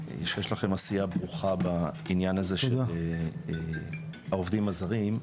עשייה ברוכה בעניין הזה של העובדים הזרים,